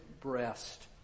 breast